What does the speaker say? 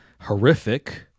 Horrific